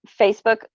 Facebook